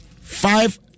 five